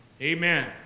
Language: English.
amen